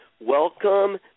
Welcome